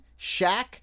Shaq